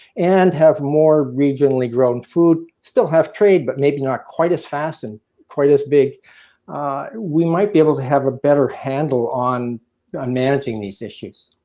and have more regionally grown food, still have trade, but maybe not quite as fast and quite as big we may be able to have a better handling on managing these issues.